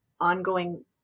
ongoing